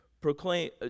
proclaim